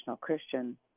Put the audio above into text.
Christian